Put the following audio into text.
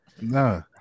No